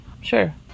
sure